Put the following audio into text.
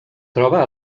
troba